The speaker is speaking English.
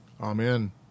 Amen